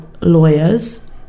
lawyers